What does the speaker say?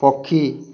ପକ୍ଷୀ